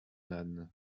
âne